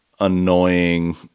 annoying